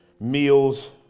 meals